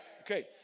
Okay